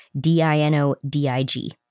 D-I-N-O-D-I-G